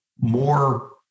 more